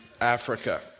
Africa